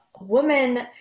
woman